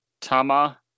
Tama